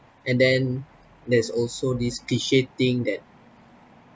and then there's also this cliche thing that